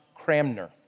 Cramner